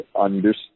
understand